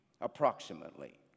approximately